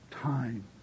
time